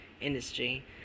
industry